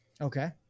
Okay